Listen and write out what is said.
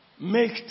Make